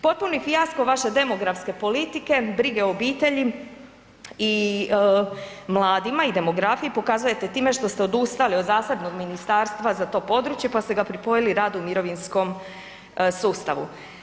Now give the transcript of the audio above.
Potpuni fijasko vaše demografske politike, brige o obitelji i mladima i demografiji pokazujete time što ste odustali od zasebnog ministarstva za to područje, pa ste ga pripojili radu i mirovinskom sustavu.